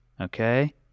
Okay